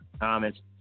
comments